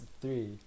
three